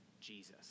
Jesus